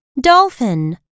Dolphin